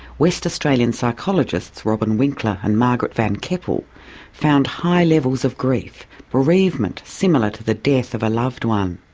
west australian psychologists robin winkler and margaret van keppel found high levels of grief bereavement similar to the death of loved one.